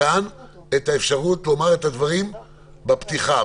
את האפשרות לומר את הדברים בפתיחה,